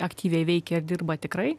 aktyviai veikia ir dirba tikrai